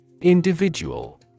Individual